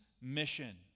mission